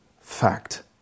fact